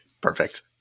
Perfect